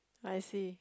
I see